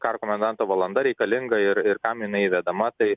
karo komendanto valanda reikalinga ir ir kam jinai įvedama tai